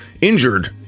injured